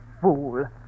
fool